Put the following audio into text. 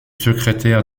secrétaire